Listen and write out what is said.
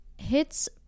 hits